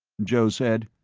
joe said,